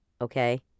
okay